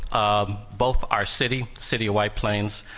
um both our city city white plains,